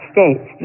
States